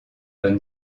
don